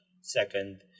Second